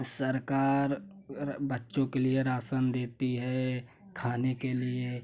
सरकार बच्चों के लिए रासन देती है खाने के लिए